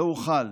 לא אוכל